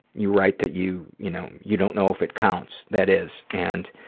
you write that you you know you don't know if it counts. that is, and